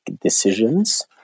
decisions